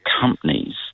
companies